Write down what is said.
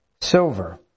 silver